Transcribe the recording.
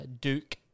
Duke